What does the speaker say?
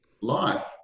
life